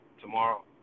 tomorrow